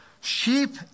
sheep